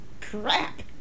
Crap